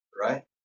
right